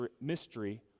mystery